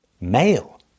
Male